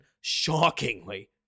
shockingly